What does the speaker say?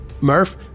Murph